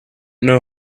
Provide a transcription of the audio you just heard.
know